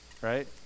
right